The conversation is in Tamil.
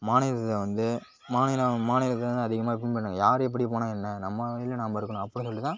மாநிலத்தில் வந்து மாநிலம் மாநிலத்துலலான் அதிகமாக பின்பற்ற மாட்டாங்க யார் எப்படி போனால் என்ன நம்ம வழியில் நம்ம இருக்கணும் அப்படி சொல்லிட்டு தான்